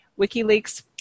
WikiLeaks